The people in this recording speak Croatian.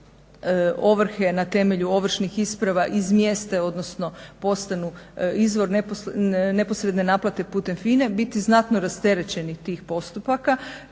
na temelju ovršnih isprava izmjeste, odnosno postanu izvor neposredne naplate putem FINA-e biti znatno rasterećeni tih postupaka